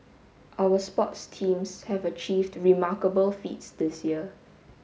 our sports teams have achieved remarkable feats this year